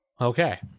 Okay